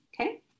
Okay